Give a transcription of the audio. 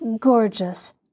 gorgeous